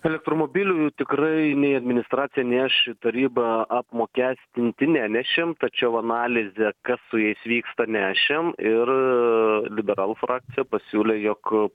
elektromobilių tikrai nei administracija nei aš taryba apmokestinti nenešėm tačiau analizė kas su jais vyksta nešėm ir liberalų frakcija pasiūlė jog